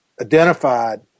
identified